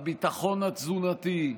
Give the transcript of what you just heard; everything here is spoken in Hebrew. הביטחון התזונתי,